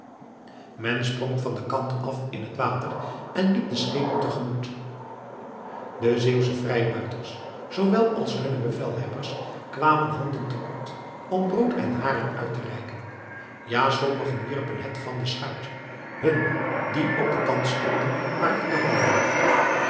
men sprong van den kant af in het water en liep de schepen te gemoet de zeeuwsche vrijbuiters zoowel als hunne bevelhebbers kwamen handen te kort om brood en haring uit te reiken ja sommigen wierpen het van de schuit hun die op den kant stonden maar in de handen